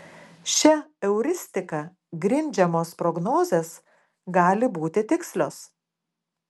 šia euristika grindžiamos prognozės gali būti tikslios